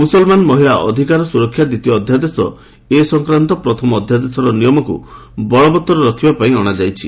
ମୁସଲମାନ ମହିଳା ଅଧିକାର ସୁରକ୍ଷା ଦ୍ୱିତୀୟ ଅଧ୍ୟାଦେଶ ଏ ସଂକ୍ରାନ୍ତ ପ୍ରଥମ ଅଧ୍ୟାଦେଶର ନିୟମକୁ ବଳବତ୍ତର ରଖିବା ପାଇଁ ଅଣାଯାଇଛି